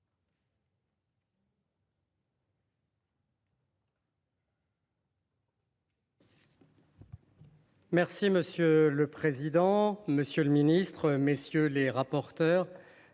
Monsieur le président, monsieur le ministre, messieurs les rapporteurs,